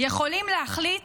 יכולים להחליט